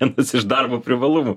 vienas iš darbo privalumų